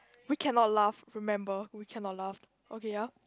we cannot laugh remember we cannot laugh okay ya